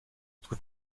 tut